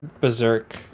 berserk